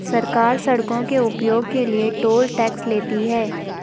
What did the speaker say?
सरकार सड़कों के उपयोग के लिए टोल टैक्स लेती है